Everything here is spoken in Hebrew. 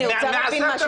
אני רוצה להבין משהו,